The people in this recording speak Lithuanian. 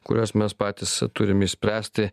kuriuos mes patys turim išspręsti